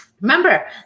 Remember